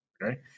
Okay